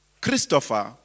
Christopher